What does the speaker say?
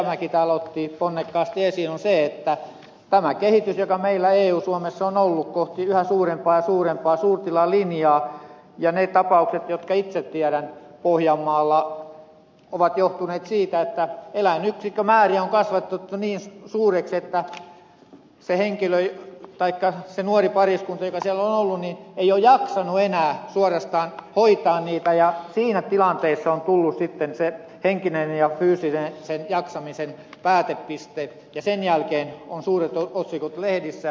rajamäki täällä otti ponnekkaasti esille että tämä kehitys joka meillä eu suomessa on ollut kohti yhä suurempaa suurempaa suurtilalinjaa ja ne tapaukset jotka itse tiedän pohjanmaalla ovat johtuneet siitä että eläinyksikkömääriä on kasvatettu niin suuriksi että se nuori pariskunta joka siellä on ollut ei ole jaksanut enää suorastaan hoitaa niitä ja siinä tilanteessa on tullut sitten se henkisen ja fyysisen jaksamisen päätepiste ja sen jälkeen on suuret otsikot lehdissä